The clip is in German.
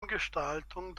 umgestaltung